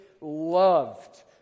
loved